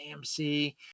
AMC